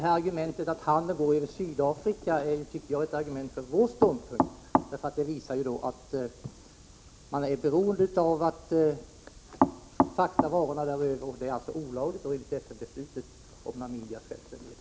Argumentet att handeln går över Sydafrika tycker jag är ett argument för vår ståndpunkt, eftersom det visar att Namibia är beroende av att kunna frakta varorna den vägen, vilket strider mot FN-beslutet om Namibias självständighet.